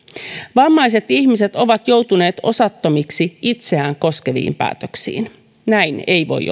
vammaiset ihmiset ovat joutuneet osattomiksi itseään koskeviin päätöksiin näin ei voi